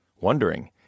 wondering